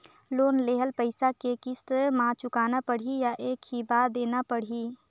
Loan लेहल पइसा के किस्त म चुकाना पढ़ही या एक ही बार देना पढ़ही?